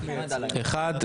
אחד.